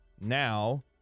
now